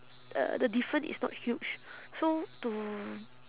uh the different is not huge so to